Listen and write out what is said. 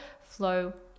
flow